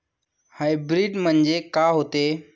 Hybrid म्हनजे का होते?